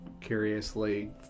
curiously